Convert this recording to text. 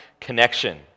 connection